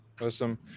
awesome